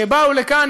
שבאו לכאן,